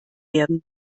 werden